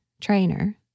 trainer